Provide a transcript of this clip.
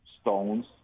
stones